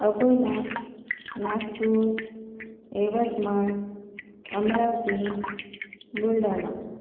Akola Nagpur Yavatmal Amravati Buldhana